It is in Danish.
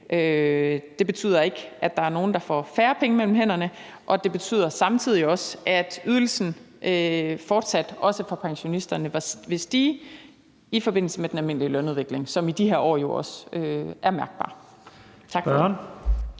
Det betyder ikke, at der er nogen, der får færre penge mellem hænderne, men det betyder samtidig også, at ydelsen fortsat, også for pensionisterne, vil stige i forbindelse med den almindelige lønudvikling, som i de her år jo er mærkbar. Tak for ordet.